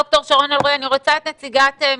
ד"ר ורד עזרא ממשרד הבריאות.